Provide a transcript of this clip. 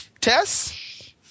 Tess